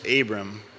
Abram